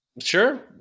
sure